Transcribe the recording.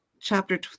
chapter